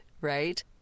right